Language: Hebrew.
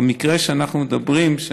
במקרה שאנחנו מדברים עליו,